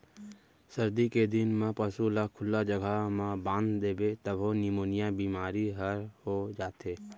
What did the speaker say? सरदी के दिन म पसू ल खुल्ला जघा म बांध देबे तभो निमोनिया बेमारी हर हो जाथे